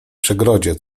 przegrodzie